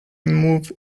moved